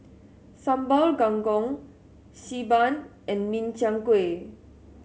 Sambal Kangkong Xi Ban and Min Chiang Kueh